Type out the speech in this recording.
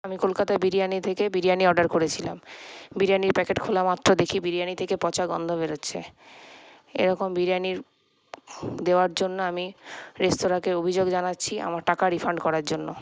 আমি কলকাতায় বিরিয়ানি থেকে বিরিয়ানি অর্ডার করেছিলাম বিরিয়ানির প্যাকেট খোলা মাত্র দেখি বিরিয়ানি থেকে পচা গন্ধ বেরোচ্ছে এরকম বিরিয়ানি দেওয়ার জন্য আমি রেস্তোরাঁকে অভিযোগ জানাচ্ছি আমার টাকা রিফান্ড করার জন্য